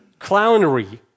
clownery